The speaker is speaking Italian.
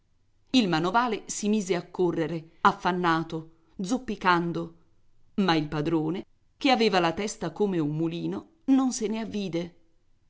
il manovale si mise a correre affannato zoppicando ma il padrone che aveva la testa come un mulino non se ne avvide